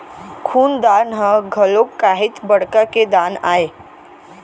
खून दान ह घलोक काहेच बड़का के दान आय